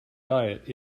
diet